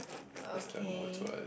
okay